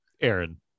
Aaron